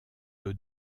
d’eau